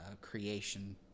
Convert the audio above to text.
creation